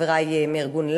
חברי מארגון לה"ב,